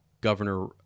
Governor